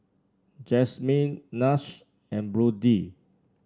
Jasmine Nash and Brody